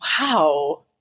Wow